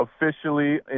officially